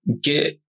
get